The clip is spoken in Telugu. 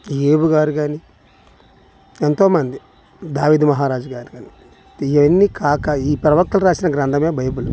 ఇబూ గారు కానీ ఎంతో మంది దావీద మహారాజు గారు కానీ ఇవన్నీ కాకా ఈ ప్రవక్తలు వ్రాసిన గ్రంథమే బైబిల్